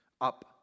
Up